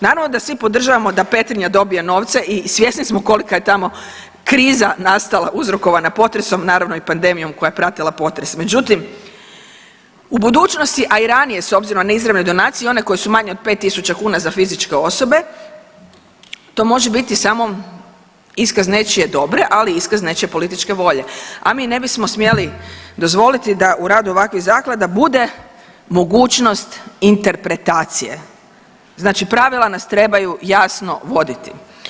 Naravno da svi podržavamo da Petrinja dobije novce i svjesni smo kolika je tamo kriza nastala uzrokovana potresom naravno i panedmijom koja je pratila potres, međutim u budućnosti, a i ranije s obzirom na izravne donacije i one koje su manje od 5.000 kuna za fizičke osobe to može biti samo iskaz nečije dobre, ali iskaz nečije političke volje, a mi ne bismo smjeli dozvoliti da u radu ovakvih zaklada bude mogućnost interpretacije, znači pravila nas trebaju jasno voditi.